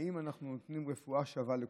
האם אנחנו נותנים רפואה שווה לכולם,